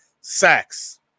sacks